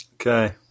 okay